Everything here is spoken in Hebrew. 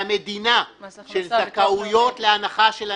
במדינה של זכאויות להנחה של אנשים,